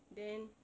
then